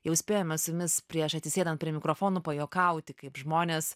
jau spėjome su jumis prieš atsisėdant prie mikrofonų pajuokauti kaip žmonės